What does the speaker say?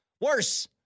Worse